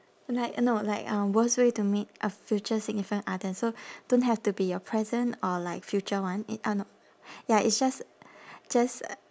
and like uh no like um worst way to meet a future significant other so don't have to be your present or like future one it uh no ya it's just just